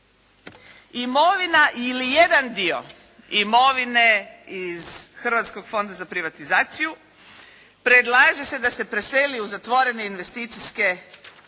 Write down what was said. Imovina ili jedan dio imovine iz Hrvatskog fonda za privatizaciju predlaže se da se preseli u zatvorene investicijske fondove,